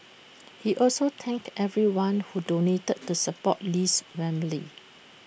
he also thanked everyone who donated to support Lee's family